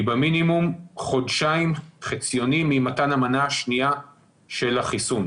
במינימום חודשיים חציוניים ממתן המנה השנייה של החיסון.